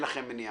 מניעה.